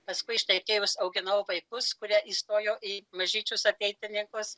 paskui ištekėjus auginau vaikus kurie įstojo į mažyčius ateitininkus